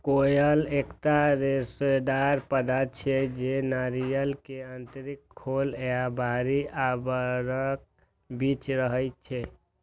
coir एकटा रेशेदार पदार्थ छियै, जे नारियल के आंतरिक खोल आ बाहरी आवरणक बीच रहै छै